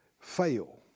fail